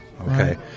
Okay